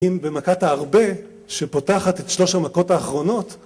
אם במכת הארבה שפותחת את שלוש המכות האחרונות